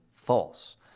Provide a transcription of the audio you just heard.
false